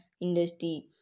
industry